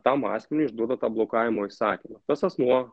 tam asmeniui išduoda tą blokavimo įsakymą tas asmuo